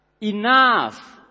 Enough